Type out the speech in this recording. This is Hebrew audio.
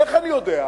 איך אני יודע?